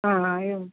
हा हा एवम्